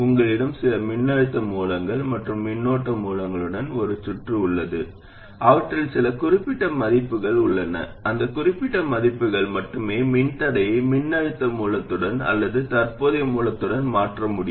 உங்களிடம் சில மின்னழுத்த மூலங்கள் மற்றும் மின்னோட்ட மூலங்களுடன் ஒரு சுற்று உள்ளது அவற்றில் சில குறிப்பிட்ட மதிப்புகள் உள்ளன அந்த குறிப்பிட்ட மதிப்புகளுக்கு மட்டுமே மின்தடையை மின்னழுத்த மூலத்துடன் அல்லது தற்போதைய மூலத்துடன் மாற்ற முடியும்